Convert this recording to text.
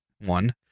one